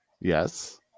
yes